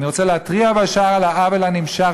אני רוצה להתריע בשער על העוול הנמשך